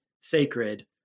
sacred